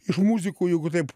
iš muzikų jeigu taip